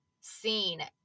seen